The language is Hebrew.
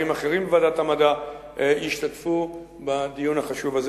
בוועדת המדע ישתתפו בדיון החשוב הזה.